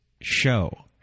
show